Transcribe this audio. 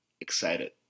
excited